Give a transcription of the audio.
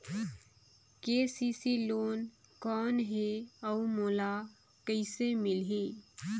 KCC loan कौन हे अउ मोला कइसे मिलही?